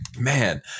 man